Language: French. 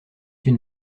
une